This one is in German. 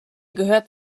gehört